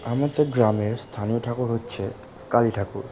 আমাদের গ্রামের স্থানীয় ঠাকুর হচ্ছে কালী ঠাকুর